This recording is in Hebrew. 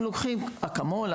הם לוקחים אקמול,